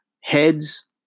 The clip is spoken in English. heads